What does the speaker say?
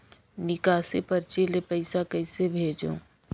निकासी परची ले पईसा कइसे भेजों?